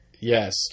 Yes